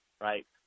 right